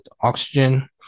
oxygen